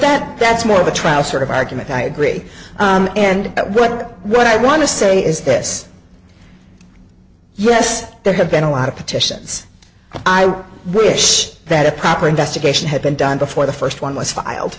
then that's more of a trial sort of argument i agree and that what what i want to say is this yes there have been a lot of petitions i wish that a proper investigation had been done before the first one was filed